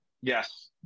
Yes